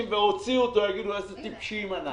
והוציאו אותו יגידו: איזה טיפשים אנחנו.